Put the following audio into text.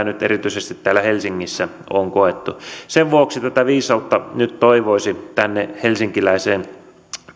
nyt erityisesti täällä helsingissä on koettu sen vuoksi tätä viisautta nyt toivoisi tänne helsinkiläiseen